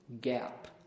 gap